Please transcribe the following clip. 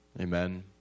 Amen